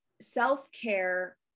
self-care